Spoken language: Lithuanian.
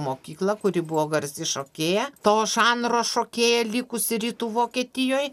mokyklą kur ji buvo garsi šokėja to žanro šokėja likusi rytų vokietijoj